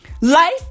Life